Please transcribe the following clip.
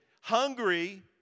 hungry